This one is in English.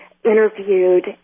interviewed